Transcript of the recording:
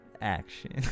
Action